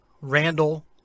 Randall